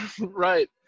Right